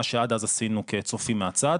מה שעד אז עשינו כצופים מהצד,